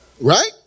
Right